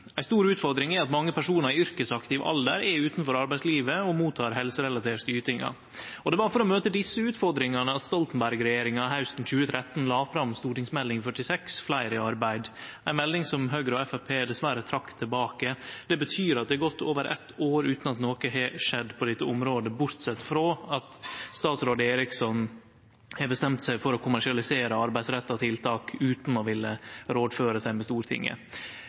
Ei stor utfordring er at mange personar i yrkesaktiv alder er utanfor arbeidslivet og tek imot helserelaterte ytingar. Det var for å møte desse utfordringane at Stoltenberg-regjeringa hausten 2013 la fram Meld. St. 46 for 2012–2013, Flere i arbeid – ei melding som Høgre og Framstegspartiet dessverre trekte tilbake. Det betyr at det er gått over eitt år utan at noko har skjedd på dette området, bortsett frå at statsråd Eriksson har bestemt seg for å kommersialisere arbeidsretta tiltak utan å ville rådføre seg med Stortinget.